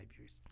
years